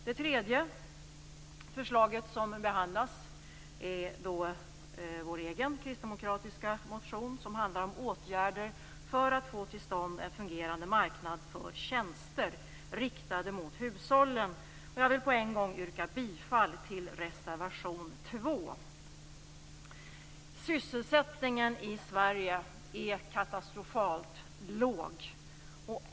Det tredje förslaget som behandlas är vår egen kristdemokratiska motion, som handlar om åtgärder för att få till stånd en fungerande marknad för tjänster riktade mot hushållen. Jag vill på en gång yrka bifall till reservation 2. Sysselsättningen i Sverige är katastrofalt låg.